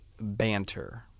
banter